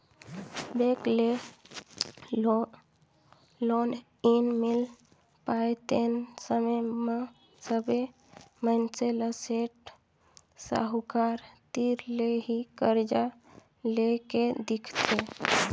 bank ले loan नइ मिल पाय तेन समे म सबे मइनसे ल सेठ साहूकार तीर ले ही करजा लेए के दिखथे